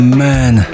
man